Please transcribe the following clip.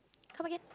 come again